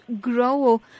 grow